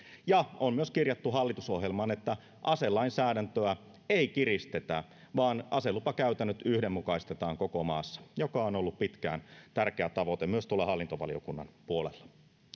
ja että hallitusohjelmaan on myös kirjattu että aselainsäädäntöä ei kiristetä vaan aselupakäytännöt yhdenmukaistetaan koko maassa mikä on ollut pitkään tärkeä tavoite myös tuolla hallintovaliokunnan puolella